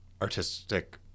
artistic